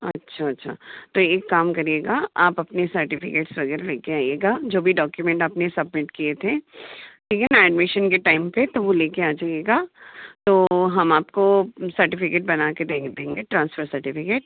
अच्छा अच्छा तो एक काम करिएगा आप अपनी सर्टिफ़िकेट्स वगैरह लेके आइएगा जो भी डॉक्यूमेंट आपने सबमिट किए थे ठीक है ना ऐडमिशन के टाइम पे तो वो लेके आ जाइएगा तो हम आपको सर्टिफ़िकेट बनाके देंगे ट्रांसफ़र सर्टिफ़िकेट